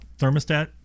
thermostat